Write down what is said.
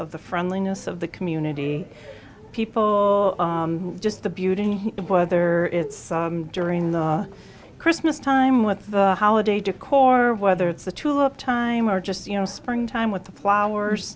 of the friendliness of the community people just the beauty brother it's during the christmas time with the holiday decor whether it's the tulip time or just you know spring time with the flowers